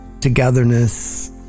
togetherness